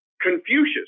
Confucius